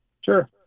Sure